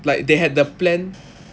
like they had the plan